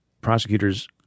prosecutors